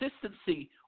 consistency –